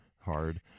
hard